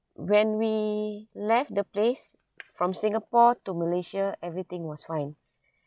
when we left the place from singapore to malaysia everything was fine